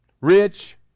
rich